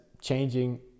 changing